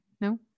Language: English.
no